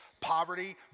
poverty